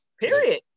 period